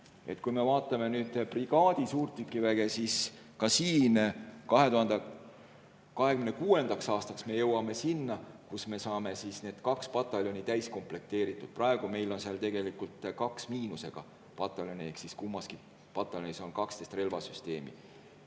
Kui me vaatame brigaadi suurtükiväge, siis 2026. aastaks me jõuame selleni, et me saame need kaks pataljoni täis komplekteeritud. Praegu meil on tegelikult kaks miinusega pataljoni ehk siis kummaski pataljonis on 12 relvasüsteemi.